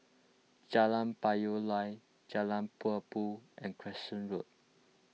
Jalan Payoh Lai Jalan Tempua and Crescent Road